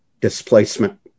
displacement